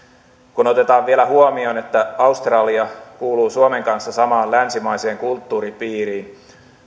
kun otetaan vielä huomioon että australia kuuluu suomen kanssa samaan länsimaiseen kulttuuripiiriin